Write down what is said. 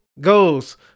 goes